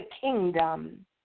kingdom